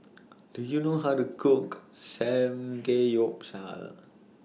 Do YOU know How to Cook Samgeyopsal